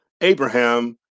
abraham